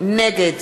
נגד